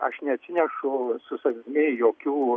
aš neatsinešu su savimi jokių